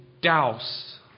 douse